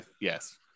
yes